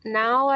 now